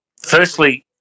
firstly